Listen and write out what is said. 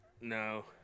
No